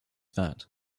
that